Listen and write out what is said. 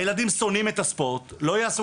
ילדים מפתחים שנאה לספורט ולא מתאמנים